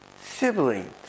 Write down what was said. Siblings